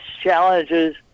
challenges